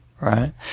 Right